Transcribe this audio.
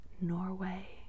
Norway